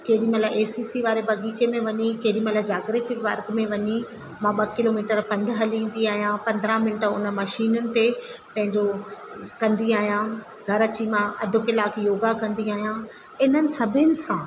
केॾीमहिल A C C वारे बगीचे में वञी केॾीमहिल जागृती पार्क में वञी मां ॿ किलोमीटर पंधु हली ईंदी आहियां पंद्रहं मिंट उन मशीनियुनि ते पंहिंजो कंदी आहियां घर अची मां अधु कलाक योगा कंदी आहियां इन्हनि सभिनि सां